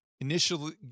initially